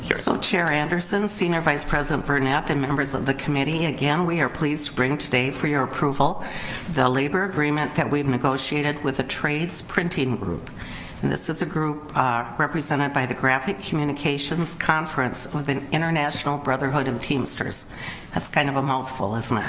so chair anderson senior vice-president burnap and members of the committee again we are pleased to bring today for your approval the labor agreement that we've negotiated with a trade sprinting group and this is a group represented by the graphic communications conference with an international brotherhood of teamsters that's kind of a mouthful isn't it